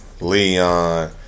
Leon